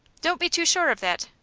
don't be too sure of that.